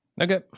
Okay